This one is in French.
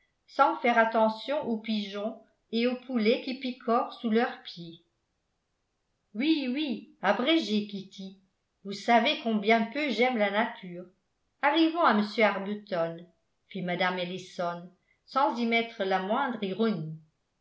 sans faire attention aux pigeons et aux poulets qui picorent sous leurs pieds oui oui abrégez kitty vous savez combien peu j'aime la nature arrivons à m arbuton fit mme ellison sans y mettre la moindre ironie